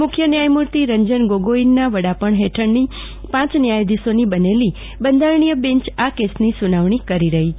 મુખ્ય ન્યાયમૂર્તિ રંજન ગોગોઇનના વડપણ હેઠળની પાંચ ન્યાયાધીશોની બનેલી બંધારણીય બેંચ આ કેસની સુનાવણી કરી રહી છે